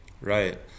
right